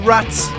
Rats